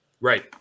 right